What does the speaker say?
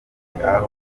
kugirango